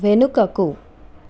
వెనుకకు